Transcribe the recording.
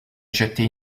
jeter